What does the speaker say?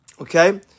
okay